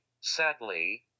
sadly